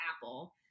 Apple